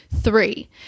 Three